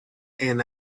and